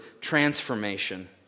transformation